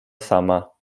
sama